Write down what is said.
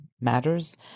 matters